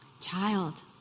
child